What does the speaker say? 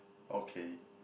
okay